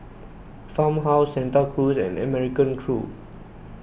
Farmhouse Santa Cruz and American Crew